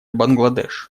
бангладеш